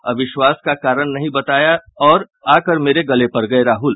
अविश्वास का कारण नहीं बताया पाये तो आकर मेरे गले पड़ गये राहल